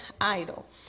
idol